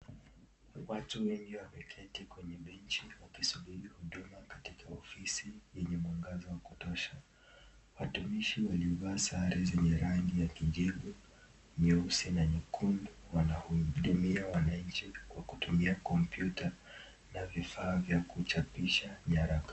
Watu wengi wameketi kwenye benchi wakisubiri huduma katika ofisi yenye mwangaza wa kutosha. Watumishi waliovaa sare zenye rangi ya kijivu, nyeusi na nyekundu. Wanahudumia wananchi kwa kutumia kompyuta na vifaa vya kuchapisha nyaraka.